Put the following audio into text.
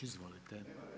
Izvolite.